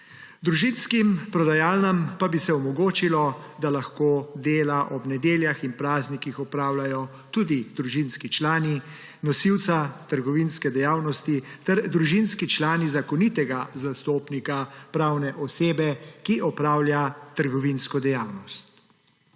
Družinskim prodajalnam pa bi se omogočilo, da lahko dela ob nedeljah in praznikih opravljajo tudi družinski člani nosilca trgovinske dejavnosti ter družinski člani zakonitega zastopnika pravne osebe, ki opravlja trgovinsko dejavnost.